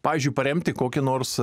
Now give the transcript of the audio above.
pavyzdžiui paremti kokį nors